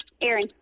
Aaron